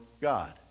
God